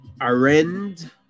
Arend